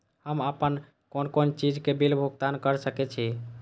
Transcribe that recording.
हम आपन कोन कोन चीज के बिल भुगतान कर सके छी?